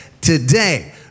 today